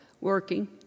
working